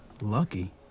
lucky